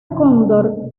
cóndor